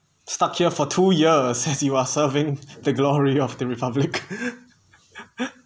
stuck here for two years as you are serving the glory of the republic